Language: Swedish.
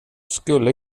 skulle